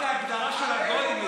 רק ההגדרה של הגויים.